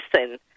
listen